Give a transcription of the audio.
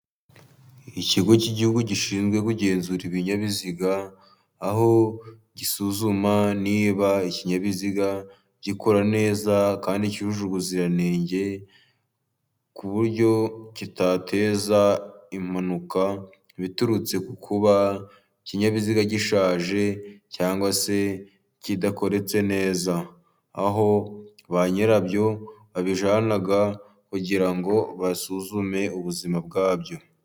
Ikigo cy'igihugu gishinzwe kugenzura ibinyabiziga, aho gisuzuma niba ikinyabiziga gikora neza, kandi cyujuje ubuziranenge, ku buryo kitateza impanuka, biturutse ku kuba ikinyabiziga gishaje, cyangwa se kidakoretse neza. Aho ba nyirabyo babijyana kugira ngo basuzume ubuzima bwabyo.